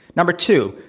number two,